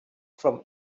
from